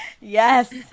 yes